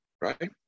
right